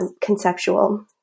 conceptual